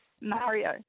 Mario